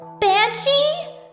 Banshee